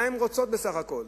מה הן רוצות בסך הכול?